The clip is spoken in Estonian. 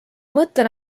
mõtlen